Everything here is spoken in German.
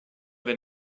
wenn